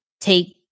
take